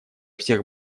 всех